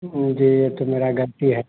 जी ये तो मेरा गलती है